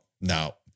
no